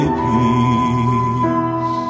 peace